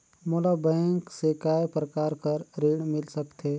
मोला बैंक से काय प्रकार कर ऋण मिल सकथे?